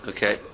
Okay